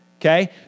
okay